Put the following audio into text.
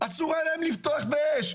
אסור היה להם לפתוח באש.